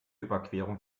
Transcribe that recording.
überquerung